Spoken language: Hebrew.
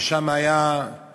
ששם היה שמחת